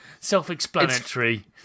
self-explanatory